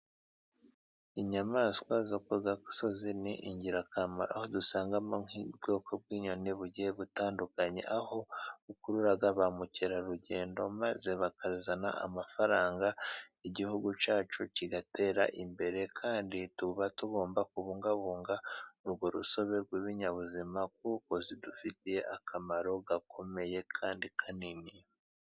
Inyamaswa zo kugasozi ni ingirakamaro aho dusangamo nk'ubwoko bw'inyoni bugiye gutandukanye, aho bukurura bamukerarugendo maze bakazana amafaranga igihugu cyacu kigatera imbere. Kandi tuba tugomba kubungabunga urwo rusobe rw'ibinyabuzima kuko zidufitiye akamaro gakomeye kandi kanini.